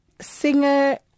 singer